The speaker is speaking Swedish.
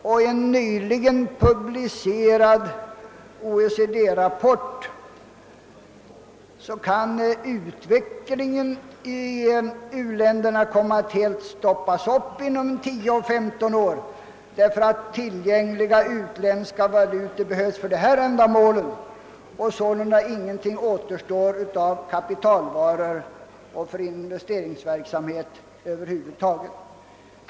Enligt en nyligen publicerad OECD rapport kan utvecklingen i u-länderna komma att helt stoppas upp inom tio, femton år, därför att tillgängliga utländska valutor behövs för dessa ändamål och sålunda ingenting återstår för import av kapitalvaror eller för investeringsverksamhet över huvud taget.